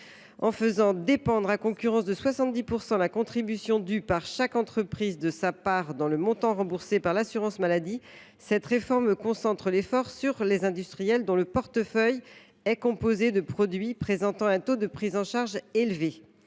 En faisant dépendre, à concurrence de 70 %, la contribution due par chaque entreprise de sa part dans le montant remboursé par l’assurance maladie, cette réforme concentre l’effort sur les industriels dont le portefeuille est composé de produits présentant un taux de prise en charge élevé.